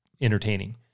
entertaining